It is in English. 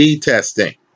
testing